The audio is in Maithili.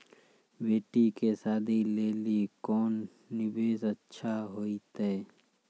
बेटी के शादी लेली कोंन निवेश अच्छा होइतै?